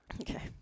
Okay